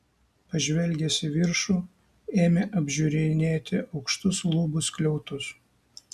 pažvelgęs į viršų ėmė apžiūrinėti aukštus lubų skliautus